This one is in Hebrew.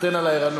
סחתיין על הערנות,